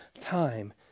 time